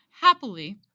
happily